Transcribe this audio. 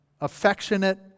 affectionate